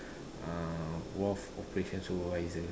uh wharf operations supervisor